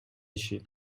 иши